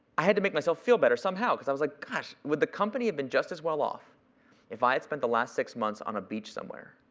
i had to make myself feel better somehow because i was like, gosh. would the company have been just as well off if i had spent the last six months on a beach somewhere,